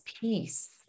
peace